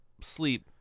sleep